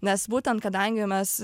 nes būtent kadangi mes